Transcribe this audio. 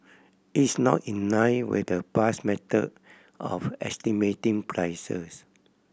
it's not in line with the past method of estimating prices